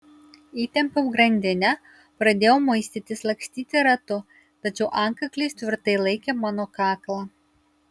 įtempiau grandinę pradėjau muistytis lakstyti ratu tačiau antkaklis tvirtai laikė mano kaklą